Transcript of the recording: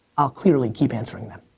i'll clearly keep answering them.